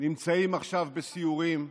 נמצאים עכשיו בסיורים,